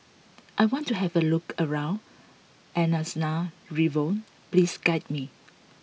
I want to have a look around Antananarivo please guide me